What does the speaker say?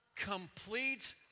complete